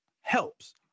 helps